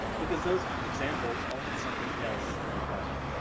because those examples all had something else in common.